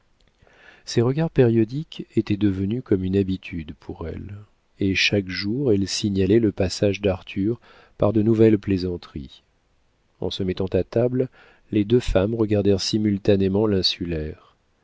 ces regards périodiques étaient devenus comme une habitude pour elle et chaque jour elle signalait le passage d'arthur par de nouvelles plaisanteries en se mettant à table les deux femmes regardèrent simultanément l'insulaire